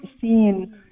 seen